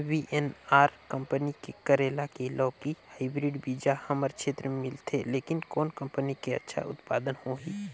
VNR company के करेला की लौकी हाईब्रिड बीजा हमर क्षेत्र मे मिलथे, लेकिन कौन कंपनी के अच्छा उत्पादन होही?